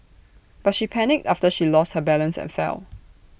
but she panicked after she lost her balance and fell